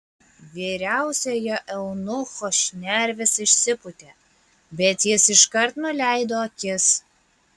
vyriausiojo eunucho šnervės išsipūtė bet jis iškart nuleido akis